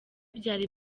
byari